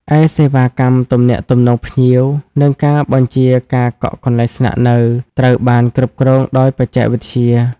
ឯសេវាកម្មទំនាក់ទំនងភ្ញៀវ និងការបញ្ជាការកក់កន្លែងស្នាក់នៅ ត្រូវបានគ្រប់គ្រងដោយបច្ចេកវិទ្យា។